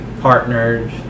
partners